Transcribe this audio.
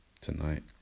tonight